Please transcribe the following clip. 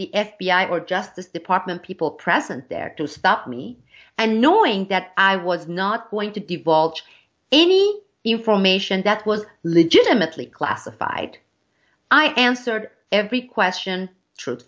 the f b i or justice department people present there to stop me and knowing that i was not going to divulge any information that was legitimately classified i answered every question tr